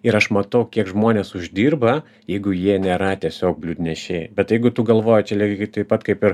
ir aš matau kiek žmonės uždirba jeigu jie nėra tiesiog bliūdnešiai bet jeigu tu galvoji čia lygiai taip pat kaip ir